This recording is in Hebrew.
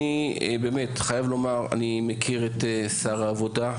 אני באמת חייב לומר: אני מכיר את שר העבודה.